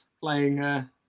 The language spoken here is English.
playing